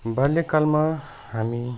बाल्यकालमा हामी